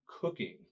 cooking